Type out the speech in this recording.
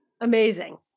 Amazing